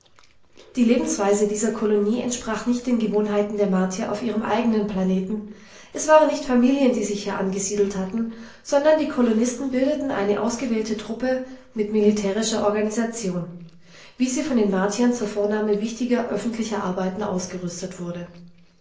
die lebensweise dieser kolonie entsprach nicht den gewohnheiten der martier auf ihrem eigenen planeten es waren nicht familien die sich hier angesiedelt hatten sondern die kolonisten bildeten eine ausgewählte truppe mit militärischer organisation wie sie von den martiern zur vornahme wichtiger öffentlicher arbeiten ausgerüstet wurde